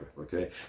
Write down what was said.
okay